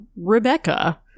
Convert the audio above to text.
Rebecca